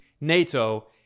NATO